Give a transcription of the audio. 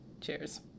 Cheers